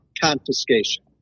confiscation